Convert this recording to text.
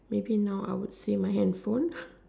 maybe now I would say my hand phone